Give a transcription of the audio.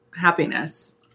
happiness